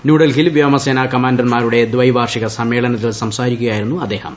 ന്യൂഡൽഹിയിൽ വ്യോമസേന കമാൻഡർമാരുടെ ദൈവാഷിക സമ്മേളനത്തിൽ സംസാരിക്കുകയായിരുന്നു അദ്ദേഹം